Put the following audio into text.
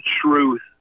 truth